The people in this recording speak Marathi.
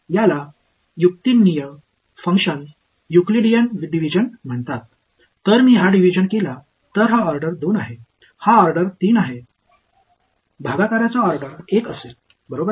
याला युक्तिनिय फंक्शन युक्लिडियन डिव्हिजन म्हणतात जर मी हा डिव्हिजन केला तर हा ऑर्डर 2 आहे हा ऑर्डर 3 आहे भागाकाराचा ऑर्डर 1 असेल बरोबर